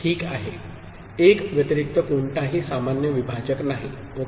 1 व्यतिरिक्त कोणताही सामान्य विभाजक नाही ओके